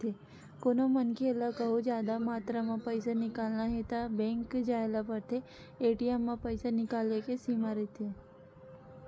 कोनो मनखे ल कहूँ जादा मातरा म पइसा निकालना हे त बेंक जाए ल परथे, ए.टी.एम म पइसा निकाले के सीमा रहिथे